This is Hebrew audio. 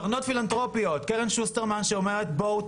קרנות פילנטרופיות: קרן שוסטרמן שאומרת - בואו,